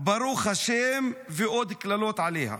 "ברוך השם", ועוד קללות עליה.